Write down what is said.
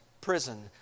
prison